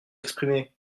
s’exprimer